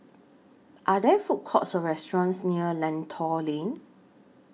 Are There Food Courts Or restaurants near Lentor Lane